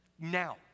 Now